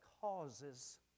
causes